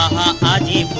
um da da